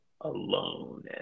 alone